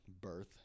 birth